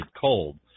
Cold